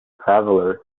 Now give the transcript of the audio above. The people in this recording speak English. travellers